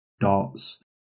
dots